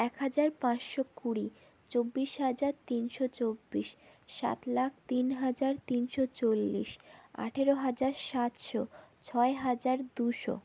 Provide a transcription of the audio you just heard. এক হাজার পাঁচশো কুড়ি চব্বিশ হাজার তিনশো চব্বিশ সাত লাখ তিন হাজার তিনশো চল্লিশ আঠারো হাজার সাতশো ছয় হাজার দুশো